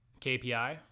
KPI